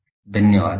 Thank you धन्यवाद